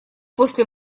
после